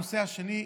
הנושא השני,